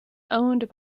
owned